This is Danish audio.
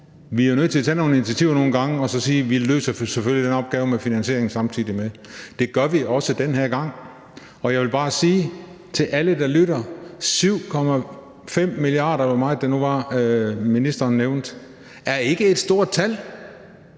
Vi er jo nødt til at tage nogle initiativer nogle gange og så sige: Vi løser selvfølgelig den opgave med finansieringen samtidig med det. Det gør vi også den her gang. Og jeg vil bare sige til alle, der lytter: 7,5 mia. kr. – eller hvor meget det nu var, ministeren nævnte – er ikke et stort tal.